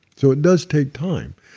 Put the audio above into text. so it does take time,